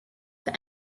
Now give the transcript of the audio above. for